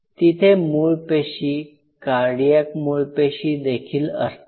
तिथे मूळ पेशी कार्डियाक मूळ पेशी देखील असतात